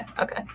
okay